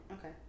Okay